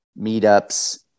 meetups